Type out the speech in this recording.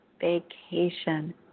Vacation